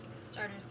Starters